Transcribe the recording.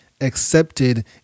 accepted